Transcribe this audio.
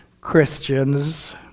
Christians